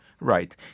Right